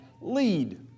lead